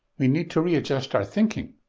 we need to readjust our thinking.